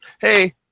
Hey